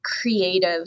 creative